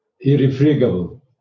irrefragable